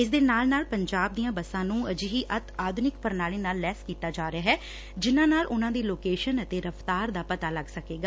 ਇਸ ਦੇ ਨਾਲ ਨਾਲ ਪੰਜਾਬ ਦੀਆਂ ਬੱਸਾਂ ਨੂੰ ਅਜਿਹੀ ਅਤਿ ਆਧੁਨਿਕ ਪ੍ਰਣਾਲੀ ਨਾਲ ਲੈਸ ਕੀਤਾ ਜਾ ਰਿਹੈ ਜਿਸ ਨਾਲ ਉਨਾਂ ਦੀ ਲੋਕੇਸ਼ਨ ਅਤੇ ਰਫਤਾਰ ਦਾ ਪਤਾ ਲਗ ਸਕੇਗਾ